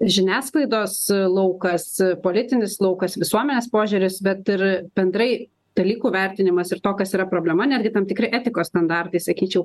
žiniasklaidos laukas politinis laukas visuomenės požiūris bet ir bendrai dalykų vertinimas ir to kas yra problema netgi tam tikri etikos standartai sakyčiau